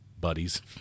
buddies